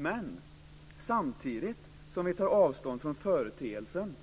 Men samtidigt som vi tar avstånd från företeelsen